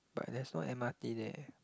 but there's no m_r_t there